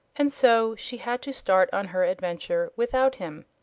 and so she had to start on her adventure without him.